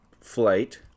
flight